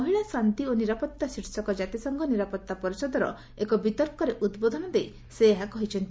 ମହିଳା ଶାନ୍ତି ଓ ନିରାପତ୍ତା ଶୀର୍ଷକ ଜାତିସଂଘ ନିରାପତ୍ତା ପରିଷଦର ଏକ ବିତର୍କରେ ଉଦ୍ବୋଧନ ଦେଇ ସେ ଏହା କହିଛନ୍ତି